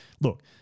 look